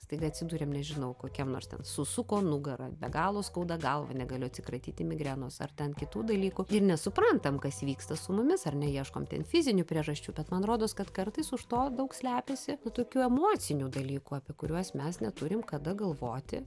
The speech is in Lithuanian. staiga atsiduriam nežinau kokiam nors ten susuko nugarą be galo skauda galvą negaliu atsikratyti migrenos ar ten kitų dalykų ir nesuprantam kas vyksta su mumis ar neieškom ten fizinių priežasčių bet man rodos kad kartais už to daug slepiasi nu tokių emocinių dalykų apie kuriuos mes neturim kada galvoti